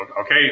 okay